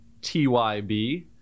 TYB